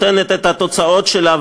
והיא נותנת את התוצאות שלה,